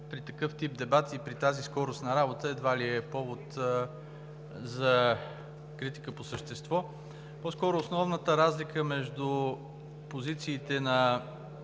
при такъв тип дебати и при тази скоростна работа едва ли е повод за критика по същество. По-скоро основната разлика между позициите на